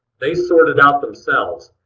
they sort it out themselves,